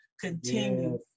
continue